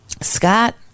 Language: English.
Scott